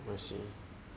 we'll see